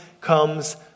comes